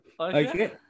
okay